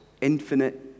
infinite